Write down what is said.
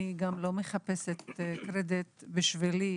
אני גם לא מחפשת קרדיט בשבילי,